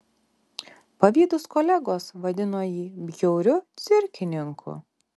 pavydūs kolegos vadino jį bjauriu cirkininku